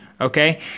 Okay